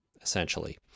essentially